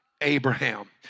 Abraham